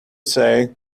say